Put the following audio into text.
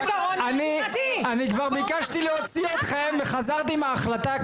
אני כבר ביקשתי להוציא אתכם וחזרתי מההחלטה,